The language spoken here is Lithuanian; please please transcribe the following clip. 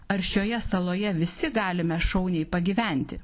ar šioje saloje visi galime šauniai pagyventi